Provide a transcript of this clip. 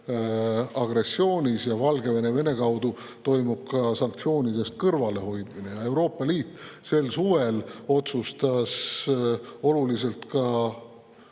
agressioonis ning Valgevene kaudu toimub ka sanktsioonidest kõrvalehoidmine. Euroopa Liit sel suvel otsustas oluliselt